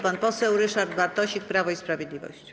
Pan poseł Ryszard Bartosik, Prawo i Sprawiedliwość.